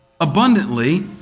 abundantly